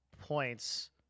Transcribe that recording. points